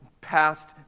past